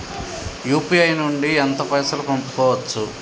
UPI నుండి ఎంత పైసల్ పంపుకోవచ్చు?